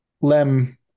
Lem